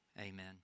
amen